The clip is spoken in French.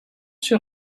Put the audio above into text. sur